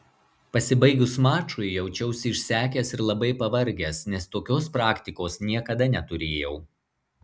pasibaigus mačui jaučiausi išsekęs ir labai pavargęs nes tokios praktikos niekada neturėjau